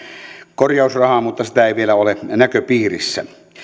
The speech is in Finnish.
korjausrahaa mutta sitä ei vielä ole näköpiirissä